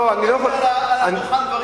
תחזור בך,